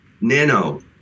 Nano